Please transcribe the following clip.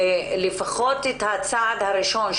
לפחות אחרי הצעד הראשון,